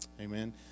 Amen